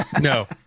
No